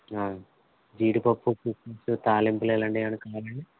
జీడిపప్పు కిస్మిసు తాళింపులు ఇలాంటియేమన్న కావాలండి